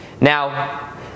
Now